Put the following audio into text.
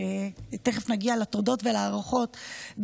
ותכף נגיע לתודות ולהערכות,